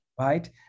right